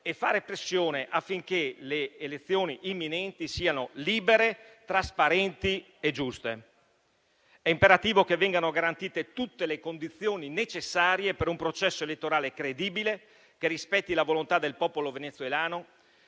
e fare pressione affinché le elezioni imminenti siano libere, trasparenti e giuste. È imperativo che vengano garantite tutte le condizioni necessarie per un processo elettorale credibile che rispetti la volontà del popolo venezuelano